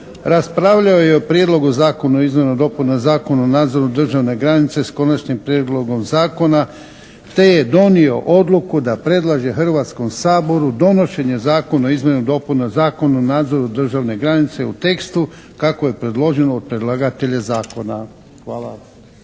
raspravljao je o Prijedlogu zakona o izmjenama i dopunama Zakona o nadzoru državne granice s Konačnim prijedlogom Zakona, te je donio odluku da predlaže Hrvatskom saboru donošenje Zakona o izmjenama i dopunama Zakona o nadzoru državne granice u tekstu kako je predloženo od predlagatelja Zakona. Hvala.